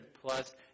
plus